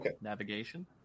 navigation